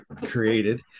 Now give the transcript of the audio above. created